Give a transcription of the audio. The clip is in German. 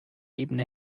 ebene